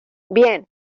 bien